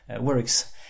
works